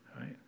right